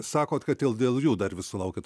sakot kad dėl jų dar vis sulaukiat